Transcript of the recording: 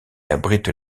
abrite